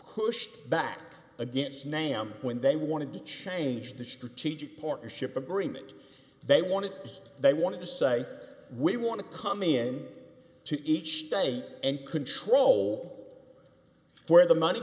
pushed back against nam when they wanted to change the strategic partnership agreement they wanted they wanted to say we want to come in to each day and control where the money